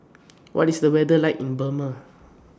What IS The weather like in Burma